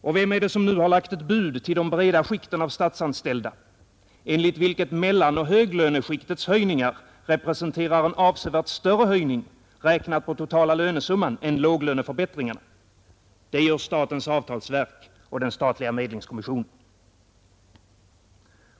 Och vem är det som nu lagt ett bud till de breda skikten av statsanställda, enligt vilket mellanoch höglöneskiktets höjningar representerar en avsevärt större höjning räknat på totala lönesumman än låglöneförbättringarna? Det gör statens avtalsverk och den statliga medlingskommissionen.